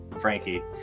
Frankie